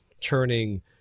turning